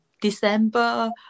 december